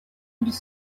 ils